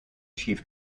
chief